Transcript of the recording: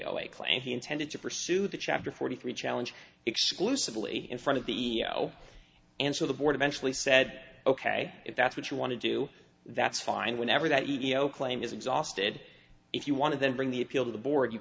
a claim he intended to pursue the chapter forty three challenge exclusively in front of the answer the board eventually said ok if that's what you want to do that's fine whenever that ego claim is exhausted if you want to then bring the appeal to the board you